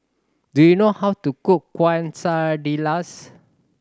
do you know how to cook Quesadillas